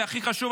והכי חשוב,